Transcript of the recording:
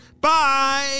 Bye